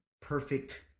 perfect